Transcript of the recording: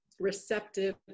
receptive